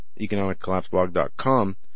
economiccollapseblog.com